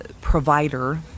provider